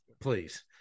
Please